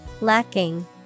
lacking